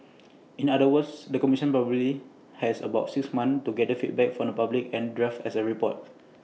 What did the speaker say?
in other words the commission probably has about six months to gather feedback from the public and draft as A report